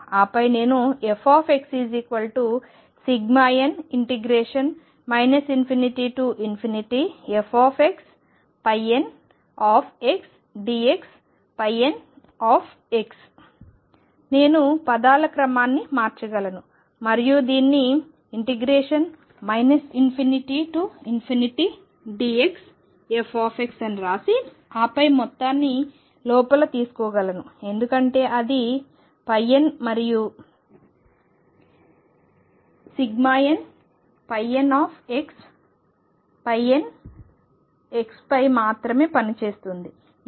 ఆపై నేను fxn ∞fxnxdxn నేను పదాల క్రమాన్ని మార్చగలను మరియు దీన్ని ∞dxfx అని వ్రాసి ఆపై మొత్తాన్ని లోపల తీసుకోగలను ఎందుకంటే అది n మరియు nnxnపై మాత్రమే పని చేస్తుంది